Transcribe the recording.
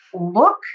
look